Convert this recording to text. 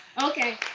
okay.